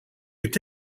could